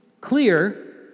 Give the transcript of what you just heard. clear